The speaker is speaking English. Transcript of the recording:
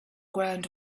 ground